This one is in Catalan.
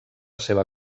seva